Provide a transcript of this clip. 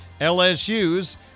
LSU's